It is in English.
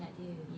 really